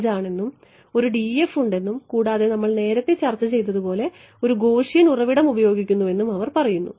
15 ആണെന്നും ഒരു df ഉണ്ടെന്നും കൂടാതെ നമ്മൾ നേരത്തെ ചർച്ച ചെയ്തതുപോലെ ഒരു ഗോസിയൻ ഉറവിടം ഉപയോഗിക്കുന്നുവെന്നും അവർ പറയുന്നു